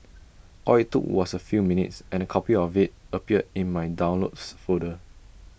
all IT took was A few minutes and A copy of IT appeared in my downloads folder